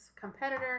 competitor